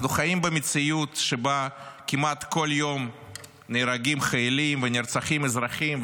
אנחנו חיים במציאות שבה כמעט כל יום נהרגים חיילים ונרצחים אזרחים,